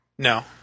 No